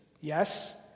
Yes